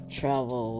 travel